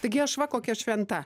taigi aš va kokia šventa